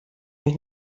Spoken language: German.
mich